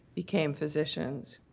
became physicians.